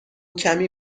کمی